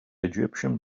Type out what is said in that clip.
egyptian